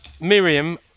Miriam